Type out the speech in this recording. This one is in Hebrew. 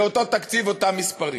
זה אותו תקציב, אותם מספרים.